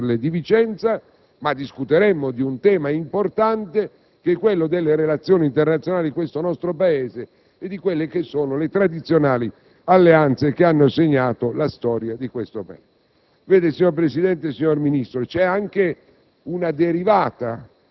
Non discuteremo, allora, dell'ampliamento della caserma «Ederle» di Vicenza, ma discuteremo di un tema importante che è quello delle relazioni internazionali del nostro Paese e delle tradizionali alleanze che hanno segnato la sua storia di questo Paese.